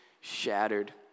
shattered